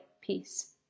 peace